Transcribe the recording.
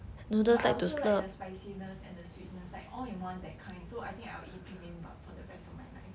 but I also like the spiciness and the sweetness like all in one that kind so I think I will eat bibimbap for the rest of my life